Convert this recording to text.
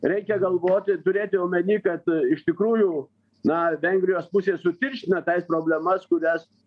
reikia galvoti turėti omeny kad iš tikrųjų na vengrijos pusė sutirština tas problemas kurias